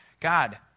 God